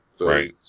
Right